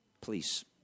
please